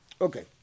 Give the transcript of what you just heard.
Okay